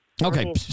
Okay